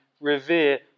revere